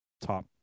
top